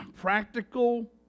practical